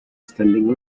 standing